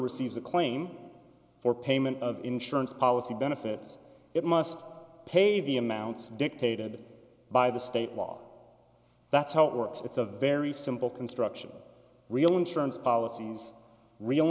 receives a claim for payment of insurance policy benefits it must pay the amounts dictated by the state law that's how it works it's a very simple construction real insurance policies real